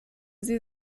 sie